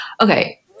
Okay